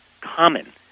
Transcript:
common